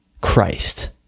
Christ